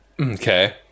Okay